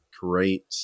great